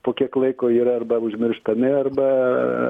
po kiek laiko yra arba užmirštami arba